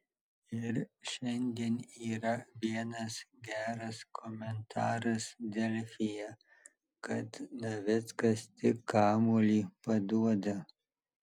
ir šiandien yra vienas geras komentaras delfyje kad navickas tik kamuolį paduoda